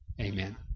Amen